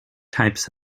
types